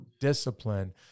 discipline